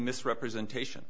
misrepresentation